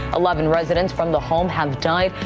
eleven residents from the home have died.